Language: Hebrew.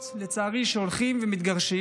לצערי, זוגות שהולכים ומתגרשים,